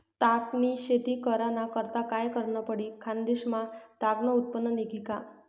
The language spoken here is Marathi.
ताग नी शेती कराना करता काय करनं पडी? खान्देश मा ताग नं उत्पन्न निंघी का